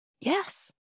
Yes